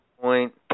point